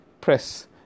press